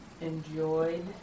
enjoyed